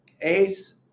Ace